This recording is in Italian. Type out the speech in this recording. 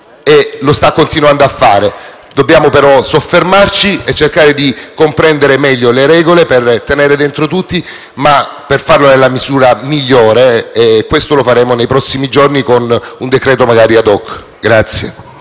e lo sta continuando a fare. Dobbiamo però soffermarci e cercare di comprendere meglio le regole per tenere dentro tutti, ma per farlo nella maniera migliore ce ne occuperemo nei prossimi giorni, magari con un decreto *ad hoc*.